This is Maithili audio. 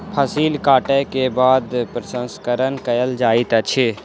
फसिल कटै के बाद प्रसंस्करण कयल जाइत अछि